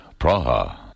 Praha